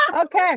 okay